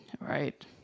Right